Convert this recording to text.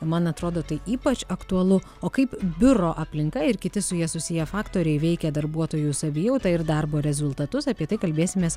man atrodo tai ypač aktualu o kaip biuro aplinka ir kiti su ja susiję faktoriai veikia darbuotojų savijautą ir darbo rezultatus apie tai kalbėsimės